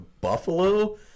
Buffalo